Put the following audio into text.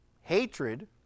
Hatred